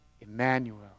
Emmanuel